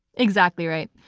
exactly right.